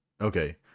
Okay